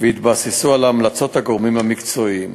והתבססו על המלצות הגורמים המקצועיים.